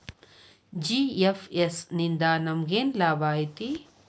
GFS ನಿಂದಾ ನಮೆಗೆನ್ ಲಾಭ ಐತಿ?